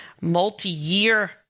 multi-year